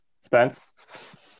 Spence